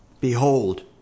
Behold